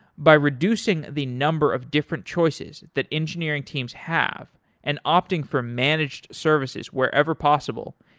by reducing the number of different choices that engineering teams have and opting for managed services wherever possible,